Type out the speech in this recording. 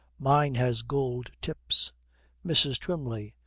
mine has gold tips mrs. twymley.